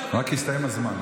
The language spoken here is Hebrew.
רק הסתיים הזמן,